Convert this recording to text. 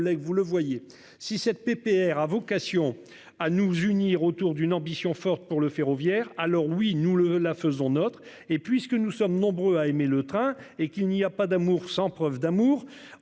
collègues, vous le voyez si cette PPR a vocation à nous unir autour d'une ambition forte pour le ferroviaire. Alors oui nous le la faisons nôtre et puisque nous sommes nombreux à aimer le train et qu'il n'y a pas d'amour sans preuve d'amour